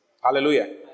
Hallelujah